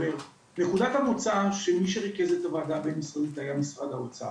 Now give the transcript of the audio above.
נקודת המוצא של מי שריכז את הוועדה הבין משרדית היה משרד האוצר.